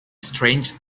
strange